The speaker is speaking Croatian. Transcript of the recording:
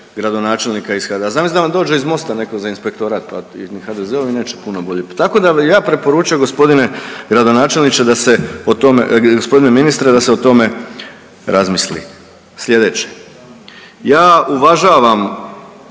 gradonačelnika iz HDZ-a, a zamislite da vam dođe iz Mosta netko za Inspektorat pa i HDZ-ovi neće puno bolje, tako da, ja bih preporučio, g. gradonačelniče da se o tome, g. ministre, da se o tome razmisli. Sljedeće, ja uvažavam,